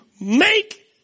make